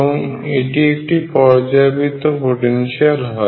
এবং এটি একটি পর্যায়বৃত্ত পোটেনশিয়াল হয়